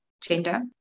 gender